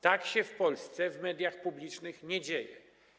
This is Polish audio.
Tak się w Polsce w mediach publicznych nie dzieje.